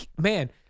man